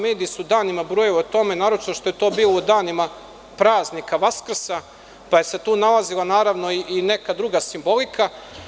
Mediji su danima brujali o tome, naročito što je to bilo u danima praznika Vaskrsa, pa se tu nalazila naravno i neka druga simbolika.